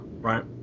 right